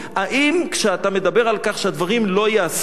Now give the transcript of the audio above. כשאתה מדבר על כך שהדברים לא ייעשו,